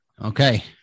okay